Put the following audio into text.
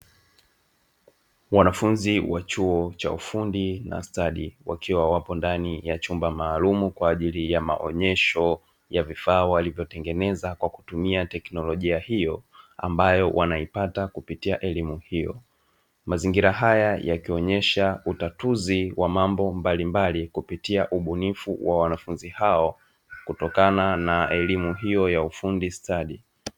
Wanafunzi wa chuo cha ufundi na stadi wakiwa wapo ndani ya chumba maalumu kwa ajili ya maonyesho ya vifaa walivyotengeneza kwa kutumia teknolojia hiyo ambayo wanaipata kupitia elimu hiyo. Mazingira haya yakionyesha utatuzi wa mambo mbalimbali kupitia ubunifu wa wanafunzi hao kutokana na elimu hiyo ya ufundi stadi.